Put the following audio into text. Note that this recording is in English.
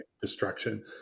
destruction